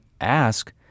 ask